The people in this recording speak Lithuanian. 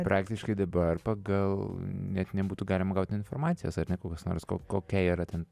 praktiškai dabar pagal net nebūtų galima gaut informacijos ar ne kokios nors ko kokia yra ten